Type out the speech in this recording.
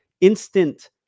instant